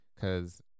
Cause